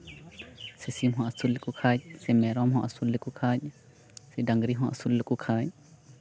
ᱥᱮ ᱥᱤᱢ ᱦᱚᱸ ᱟᱹᱥᱩᱞ ᱞᱮᱠᱚ ᱠᱷᱟᱱ ᱥᱮ ᱢᱮᱨᱚᱢ ᱦᱚᱸ ᱟᱹᱥᱩᱞ ᱞᱮᱠᱚ ᱠᱷᱟᱱ ᱥᱮ ᱰᱟᱝᱨᱤ ᱦᱚᱸ ᱟᱹᱥᱩᱞ ᱞᱮᱠᱚ ᱠᱷᱟᱱ